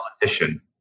politician